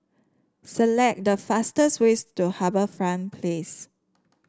select the fastest ways to HarbourFront Place